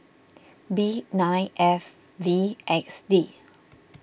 B nine F V X D